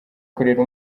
kurera